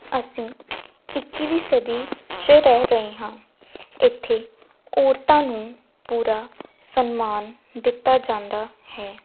ਅਸੀਂ ਇੱਕੀਵੀਂ ਸਦੀ 'ਚ ਰਹਿ ਰਹੇ ਹਾਂ ਇੱਥੇ ਔਰਤਾਂ ਨੂੰ ਪੂਰਾ ਸਨਮਾਨ ਦਿੱਤਾ ਜਾਂਦਾ ਹੈ